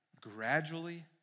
gradually